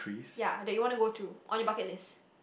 ya that you want to go through on your bucket list